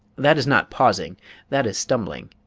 that is not pausing that is stumbling.